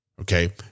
Okay